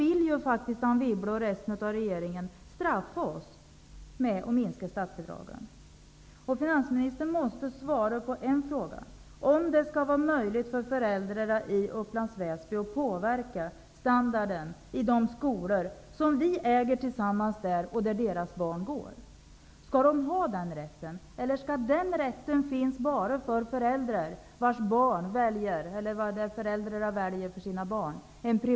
Anne Wibble och resten av regeringen vill i så fall straffa oss med att minska statsbidragen. Finansministern måste svara på en fråga, nämligen om det skall vara möjligt för föräldrarna i Upplands Väsby att påverka standarden i de skolor som vi där tillsammans äger och där deras barn går. Skall de ha den rätten eller skall den rätten finnas bara för föräldrar som väljer en privat skola med avgifter för sina barn?